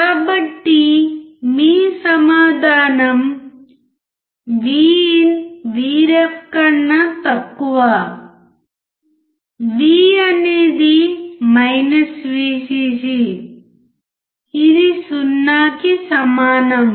కాబట్టి మీ సమాధానం VIN VREF కన్నా తక్కువ V అనేది VCC ఇది 0 కి సమానం